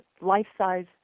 life-size